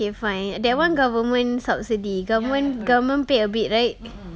okay fine that [one] government subsidy government government paid a bit right